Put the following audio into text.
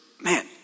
man